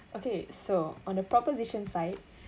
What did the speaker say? okay so on the proposition side